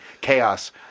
chaos